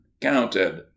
counted